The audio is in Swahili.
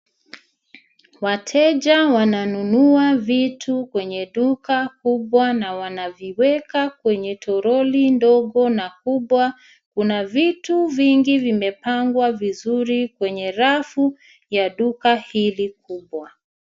Wateja wananunua vitu kwenye duka kubwa na wanaviweka kwenye toroli ndogo na kubwa . Kuna vitu vingi vimepangwa vizuri kwenye rafu ya duka hili kubwa.